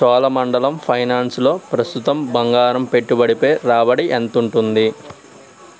చోళమండలం ఫైనాన్స్లో ప్రస్తుతం బంగారం పెట్టబడిపై రాబడి ఎంతుంటుంది